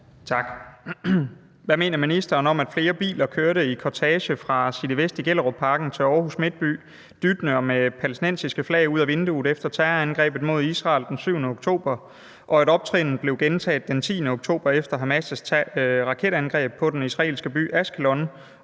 Tak. Hvad mener ministeren om, at flere biler kørte i kortege fra City Vest i Gellerupparken til Aarhus Midtby dyttende og med palæstinensiske flag ud af vinduet efter terrorangrebet mod Israel den 7. oktober, og at optrinet blev gentaget den 10. oktober efter Hamas’ raketangreb på den israelske by Ashkelon,